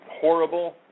horrible